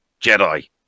jedi